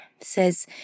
says